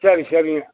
சரி சரிங்க